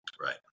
Right